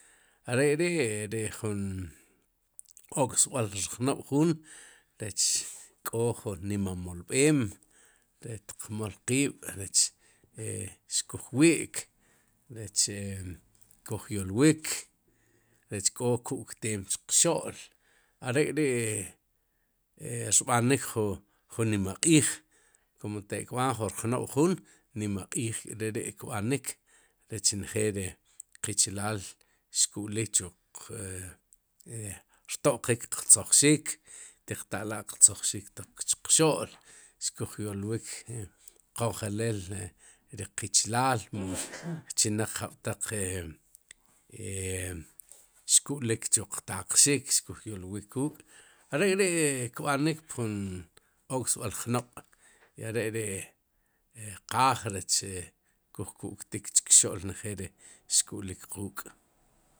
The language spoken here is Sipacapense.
Are ri'ri jun oksb'al rjnob'juun rech k'o ju nima molb'eem rech tqmol qiib' rech xkuj wi'k rech xkuj yolwik rech kó ku'kteem chqxo'l are'k'ri'rb'anik ju nima q'iij kun tek'kb'aan jun rjnob'juun nima q'iij k'reri kb'anik rech njeel ri qichilal xku'lik chu rtoqik qtzojxik tiq ta'la'qtzojxik tok chuq xo'l xkuj yolwik qonjelel ri qichilaal mu chinaq jab'taq e xku'lik chu qtaqxik xkuj yolwik kuk' are k'ri' kb'anik pjun ok'sb'al jnob' are ri qaaj rech kuj ku'ktik tkxo'l njeel ri xku'lik quuk'.